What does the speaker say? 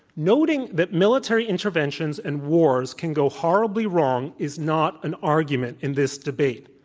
noting that military interventions and wars can go horribly wrong is not an argument in this debate.